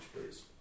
please